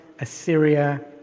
Assyria